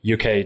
UK